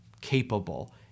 capable